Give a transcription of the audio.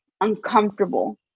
uncomfortable